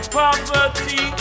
Poverty